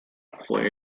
fue